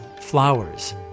flowers